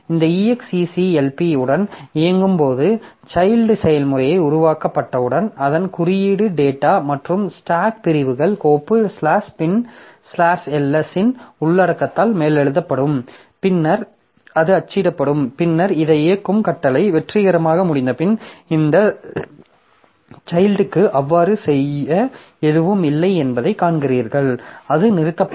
இந்த execlp உடன் இயங்கும்போது சைல்ட் செயல்முறை உருவாக்கப்பட்டவுடன் அதன் குறியீடு டேட்டா மற்றும் ஸ்டாக் பிரிவுகள் கோப்பு ஸ்லாஷ் பின் ஸ்லாஷ் ls இன் உள்ளடக்கத்தால் மேலெழுதப்படும் பின்னர் இது அச்சிடப்படும் பின்னர் இதை இயக்கும் கட்டளை வெற்றிகரமாக முடிந்தபின் இந்த சைல்ட்க்கு அவ்வாறு செய்ய எதுவும் இல்லை என்பதை காண்கிறீர்கள் அது நிறுத்தப்படும்